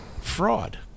fraud